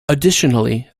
additionally